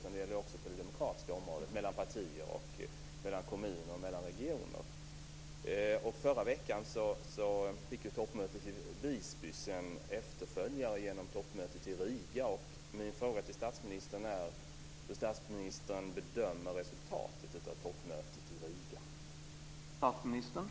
Det gäller också på det demokratiska området; mellan partier, mellan kommuner och mellan regioner. Förra veckan fick ju toppmötet i Visby sin efterföljare genom toppmötet i Riga. Min fråga till statsministern gäller hur statsministern bedömer resultatet av toppmötet i Riga.